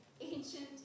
ancient